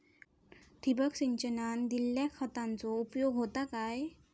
ठिबक सिंचनान दिल्या खतांचो उपयोग होता काय?